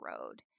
road